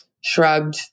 shrugged